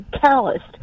calloused